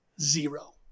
Zero